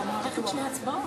וסגן השר ייכנס.